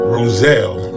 Roselle